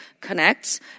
connects